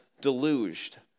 deluged